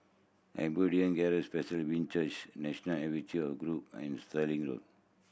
Abundant Grace Presbyterian Church National Archiven group and Stirling Road